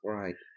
right